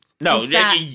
No